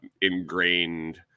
ingrained